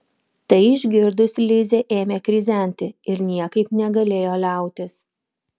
tai išgirdusi lizė ėmė krizenti ir niekaip negalėjo liautis